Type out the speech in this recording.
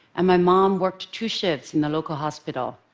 and my mom worked two shifts in the local hospital.